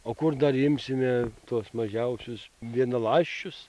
o kur dar imsime tuos mažiausius vienaląsčius